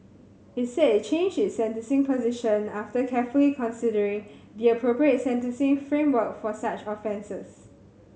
it said it changed its sentencing position after carefully considering the appropriate sentencing framework for such offences